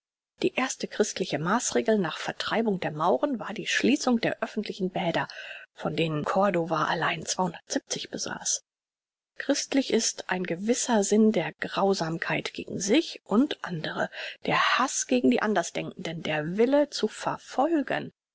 die erste christliche maaßregel nach vertreibung der mauren war die schließung der öffentlichen bäder von denen cordova allein besaß christlich ist ein gewisser sinn der grausamkeit gegen sich und andre der haß gegen die andersdenkenden der wille zu verfolgen